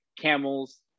camels